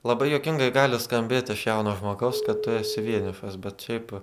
labai juokingai gali skambėti iš jauno žmogaus kad tu esi vienišas bet šiaip